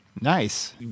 Nice